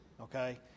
okay